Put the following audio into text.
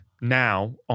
now